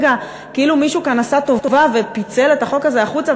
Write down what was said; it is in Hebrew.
כאילו מישהו כאן עשה טובה ופיצל את החוק הזה החוצה,